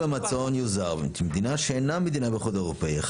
אם המזון יוצר במדינה שאינה מדינה באיחוד האירופי,